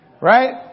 right